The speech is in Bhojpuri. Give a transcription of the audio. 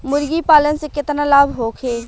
मुर्गीपालन से केतना लाभ होखे?